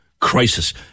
crisis